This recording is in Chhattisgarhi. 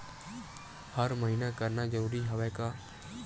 हर महीना करना जरूरी हवय का?